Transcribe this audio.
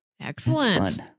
Excellent